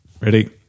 Ready